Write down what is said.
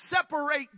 separate